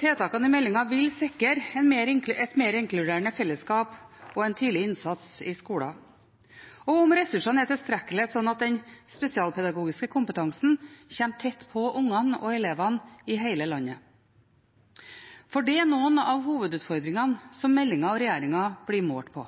tiltakene i meldingen vil sikre et mer inkluderende fellesskap og en tidlig innsats i skolen, og om ressursene er tilstrekkelige, slik at den spesialpedagogiske kompetansen kommer tett på ungene og elevene i hele landet. For dette er noen av hovedutfordringene som meldingen og regjeringen blir målt på.